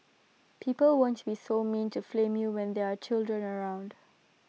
people won't be so mean to flame you when there are children around